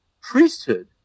priesthood